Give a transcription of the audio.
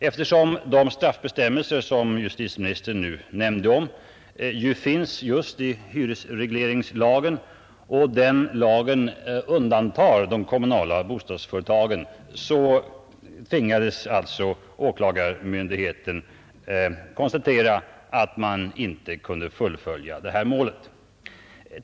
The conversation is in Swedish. Eftersom straffbestämmelser finns just i hyresregleringslagen och den lagen undantar de kommunala bostadsföretagen kunde åklagarmyndigheten inte fullfölja målet.